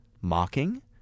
Mocking